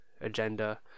agenda